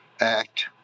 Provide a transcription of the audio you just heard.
Act